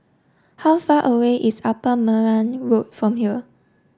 how far away is Upper Neram Road from here